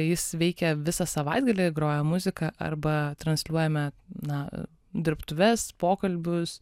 jis veikia visą savaitgalį groja muziką arba transliuojame na dirbtuves pokalbius